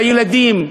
לילדים,